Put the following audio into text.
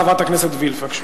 חברת הכנסת עינת וילף, בבקשה.